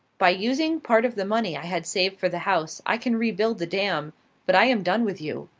by using part of the money i had saved for the house, i can rebuild the dam but i am done with you.